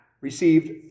received